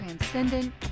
transcendent